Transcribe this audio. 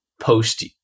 post